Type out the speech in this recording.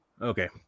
Okay